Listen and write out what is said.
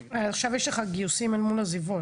עכשיו יש לך גיוסים אל מול עזיבות?